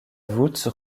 voûte